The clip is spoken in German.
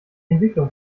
entwicklung